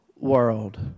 world